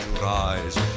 rise